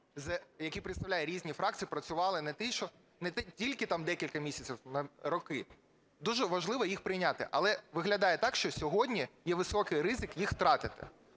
який представляє різні фракції, працював не тільки там декілька місяців, а роки. Дуже важливо їх прийняти, але виглядає так, що сьогодні є високий ризик їх втратити.